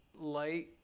light